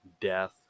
death